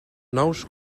nous